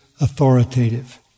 authoritative